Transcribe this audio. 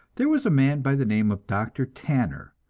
there was a man by the name of dr. tanner,